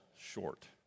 short